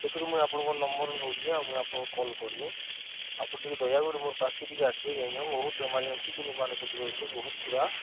ସେଥିରୁ ମୁଇଁ ଆପଣଙ୍କ ନମ୍ବର୍ ନୁଲିି ଆଉ ମୁଇଁ ଆପଣଙ୍କୁ କଲ୍ କଲି ଆପଣ ଟିକେ ଦୟାକରି ମୋର ପାସ୍ କେ ଟିକେ ଆସିବେ କି ଆଜ୍ଞା ବହୁତ ଏମରଜେନ୍ସି ଜିନିଷ ମାନେ ସେଥିରେ ଅଛି ବହୁତ ପୁରା